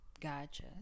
Gotcha